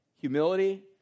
Humility